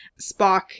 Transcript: spock